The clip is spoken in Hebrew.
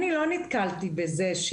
אני לא נתקלתי בזה.